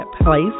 place